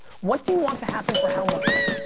what do you want to happen for how much?